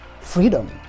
freedom